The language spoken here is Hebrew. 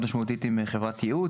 עשינו עבודה מאוד משמעותית עם חברת ייעוץ